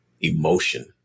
emotion